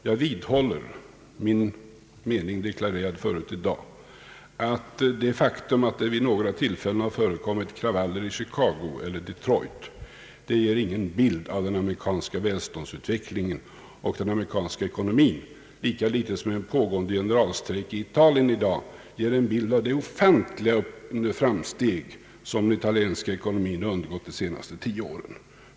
Jag vidhåller min mening, deklarerad förut i dag, att det faktum att det vid några tillfällen förekommit kravaller i Chicago eller Detroit ger ingen bild av den amerikanska välståndsutvecklingen och den amerikanska ekonomin, lika litet som en pågående generalstrejk i Italien i dag ger en bild av de ofantliga framsteg som den italienska ekonomin gjort under de senaste tio åren.